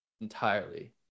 entirely